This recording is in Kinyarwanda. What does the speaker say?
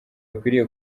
akwiriye